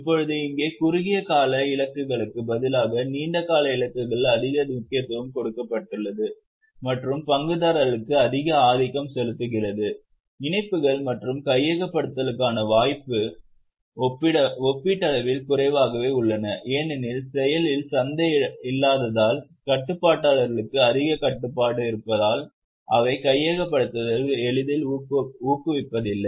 இப்போது இங்கே குறுகிய கால இலக்குகளுக்கு பதிலாக நீண்ட கால இலக்குகளுக்கு அதிக முக்கியத்துவம் கொடுக்கப்பட்டுள்ளது மற்றும் பங்குதாரர்களுக்கு அதிக ஆதிக்கம் செலுத்துகிறது இணைப்புகள் மற்றும் கையகப்படுத்துதலுக்கான வாய்ப்புகள் ஒப்பீட்டளவில் குறைவாகவே உள்ளன ஏனெனில் செயலில் சந்தை இல்லாததால் கட்டுப்பாட்டாளர்களுக்கு அதிக கட்டுப்பாடு இருப்பதால் அவை கையகப்படுத்துதல்களை எளிதில் ஊக்குவிப்பதில்லை